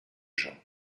gens